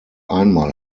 einmal